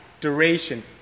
duration